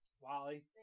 Wally